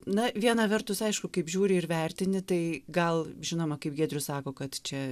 na viena vertus aišku kaip žiūri ir vertini tai gal žinoma kaip giedrius sako kad čia